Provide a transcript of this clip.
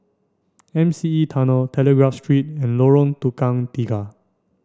M C E Tunnel Telegraph Street and Lorong Tukang Tiga